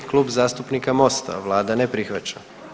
Klub zastupnika MOST-a, vlada ne prihvaća.